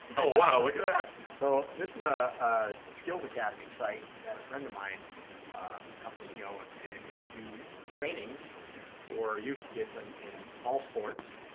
oh wow look at that. so this is a skills academy site that a friend of mine, a company he owns, and they do trainings for youth kids and in all sports